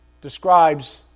describes